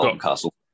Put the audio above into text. Castle